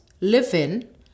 live-in